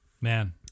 Man